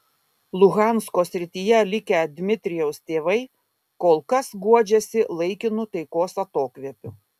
luhansko srityje likę dmitrijaus tėvai kol kas guodžiasi laikinu taikos atokvėpiu